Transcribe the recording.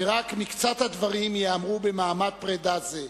ורק מקצת הדברים ייאמרו במעמד פרידה זה.